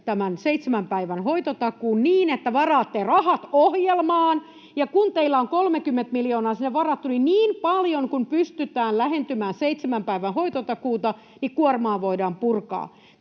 tämän seitsemän päivän hoitotakuun niin, että varaatte rahat ohjelmaan. Ja kun teillä on 30 miljoonaa sinne varattu, niin niin paljon kuin pystytään lähentymään seitsemän päivän hoitotakuuta, niin kuormaa voidaan purkaa.